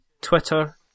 Twitter